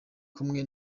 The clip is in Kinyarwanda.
kumwe